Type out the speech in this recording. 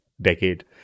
decade